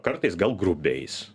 kartais gal grubiais